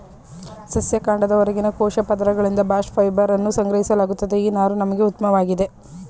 ಸಸ್ಯ ಕಾಂಡದ ಹೊರಗಿನ ಕೋಶ ಪದರಗಳಿಂದ ಬಾಸ್ಟ್ ಫೈಬರನ್ನು ಸಂಗ್ರಹಿಸಲಾಗುತ್ತದೆ ಈ ನಾರು ನಮ್ಗೆ ಉತ್ಮವಾಗಿದೆ